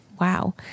Wow